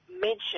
mention